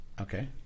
Okay